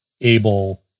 able